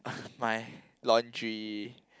my laundry